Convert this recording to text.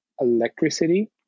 electricity